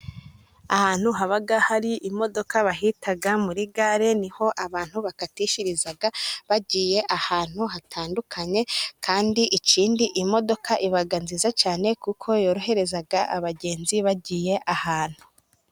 Ahantu haba hari imodoka bahita muri gare, niho abantu bakatishiriza bagiye ahantu hatandukanye, kandi ikindi imodoka iba nziza cyane kuko yorohereza abagenzi bagiye ahantu.